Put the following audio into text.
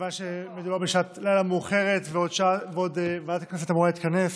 מכיוון שמדובר בשעת לילה מאוחרת ועוד ועדת הכנסת אמורה להתכנס,